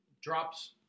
Drops